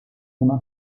buna